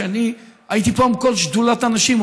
הייתי פה עם כל שדולת הנשים,